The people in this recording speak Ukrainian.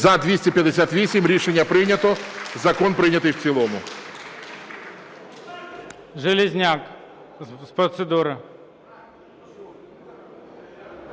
За-258 Рішення прийнято. Закон прийнятий в цілому.